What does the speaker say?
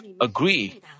agree